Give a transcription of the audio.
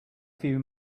few